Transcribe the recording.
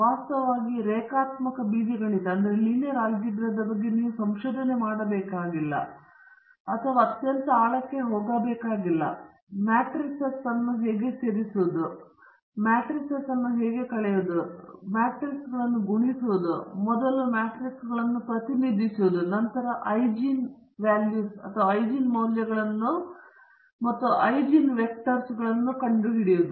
ವಾಸ್ತವವಾಗಿ ರೇಖಾತ್ಮಕ ಬೀಜಗಣಿತದ ಬಗ್ಗೆ ನೀವು ಸಂಶೋಧನೆ ಮಾಡಬೇಕಿಲ್ಲ ಅಥವಾ ಅತ್ಯಂತ ಆಳಕ್ಕೆ ಹೋಗಬೇಕಾಗಿಲ್ಲ ಮ್ಯಾಟ್ರಿಸೈಸ್ ಅನ್ನು ಹೇಗೆ ಸೇರಿಸುವುದು ಮ್ಯಾಟ್ರಿಸೈಸ್ ಅನ್ನು ಕಳೆಯುವುದು ಮ್ಯಾಟ್ರಿಜ್ಗಳನ್ನು ಗುಣಿಸುವುದು ಮತ್ತು ಮೊದಲು ಮಾಟ್ರಿಗಳನ್ನು ಪ್ರತಿನಿಧಿಸುವುದು ಮತ್ತು ನಂತರ ಐಜೆನ್ ಮೌಲ್ಯಗಳು ಮತ್ತು ಐಜೆನ್ ವಾಹಕಗಳನ್ನು ಕಂಡುಹಿಡಿಯಿರಿ